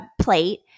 plate